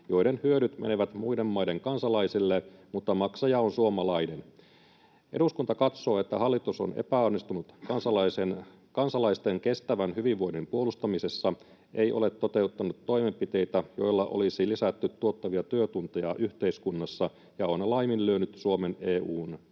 joiden hyödyt menevät muiden maiden kansalaisille, mutta maksaja on suomalainen. Eduskunta katsoo, että hallitus on epäonnistunut kansalaisten kestävän hyvinvoinnin puolustamisessa, ei ole toteuttanut toimenpiteitä, joilla olisi lisätty tuottavia työtunteja yhteiskunnassa ja on laiminlyönyt Suomen EU:n